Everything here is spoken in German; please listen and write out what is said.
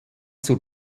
zur